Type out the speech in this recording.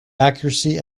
accuracy